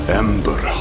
ember